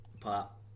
pop